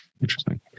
Interesting